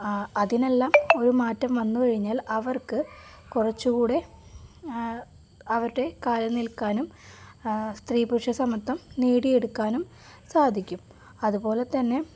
അതിനെല്ലാം ഒരു മാറ്റം വന്നുകഴിഞ്ഞാൽ അവർക്ക് കുറച്ചുകൂടെ അവരുടെ കാലില് നിൽക്കാനും സ്ത്രീ പുരുഷ സമത്വം നേടിയെടുക്കാനും സാധിക്കും അതുപോലെ തന്നെ